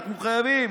אנחנו חייבים.